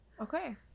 Okay